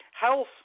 Health